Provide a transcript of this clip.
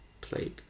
played